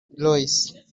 royce